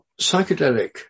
psychedelic